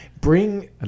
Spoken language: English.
bring